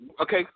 Okay